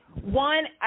One